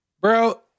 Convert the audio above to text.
Bro